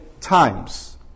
times